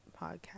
podcast